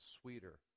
sweeter